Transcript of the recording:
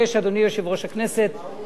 אדוני יושב-ראש הכנסת,